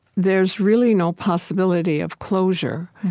there's really no possibility of closure.